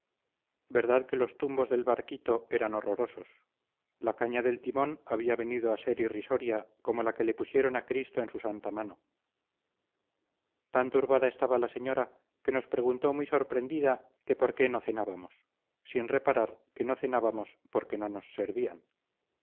verdad que los tumbos del barquito eran horrorosos la caña del timón había venido a ser irrisoria como la que le pusieron a cristo en su santa mano tan turbada estaba la señora que nos preguntó muy sorprendida que por qué no cenábamos sin reparar que no cenábamos porque no nos servían